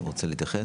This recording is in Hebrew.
אתה רוצה להתייחס?